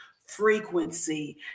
frequency